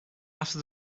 after